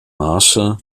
maße